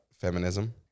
feminism